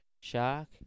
Shark